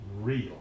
real